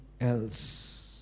else